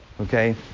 okay